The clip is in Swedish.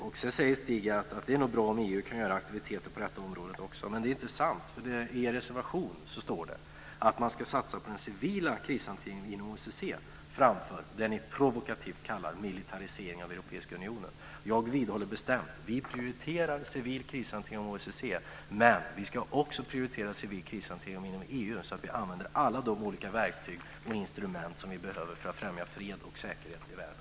Stig Sandström säger att det nog är bra om EU också kan göra aktiviteter på detta område. Men det är inte sant. I er reservation står det att man ska satsa på den civila krishanteringen inom OSSE framför det ni provokativt kallar militarisering av Europeiska unionen. Jag vidhåller bestämt att vi prioriterar civil krishantering inom OSSE. Men vi ska också prioritera civil krishantering inom EU så att vi använder alla de olika verktyg och instrument som vi behöver för att främja fred och säkerhet i världen.